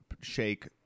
shake